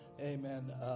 amen